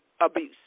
abuse